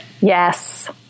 Yes